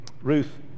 Ruth